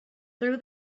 through